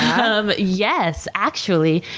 um yes, actually.